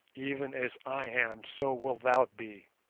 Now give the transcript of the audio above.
even as i am so wilt thou be